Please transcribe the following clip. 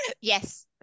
yes